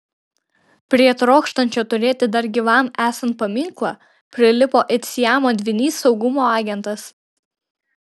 prie trokštančio turėti dar gyvam esant paminklą prilipo it siamo dvynys saugumo agentas